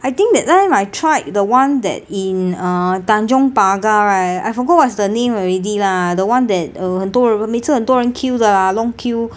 I think that time I tried the one that in uh tanjong pagar right I forgot what's the name already lah the one that uh 很多人每次很多人 queue 的 lah long queue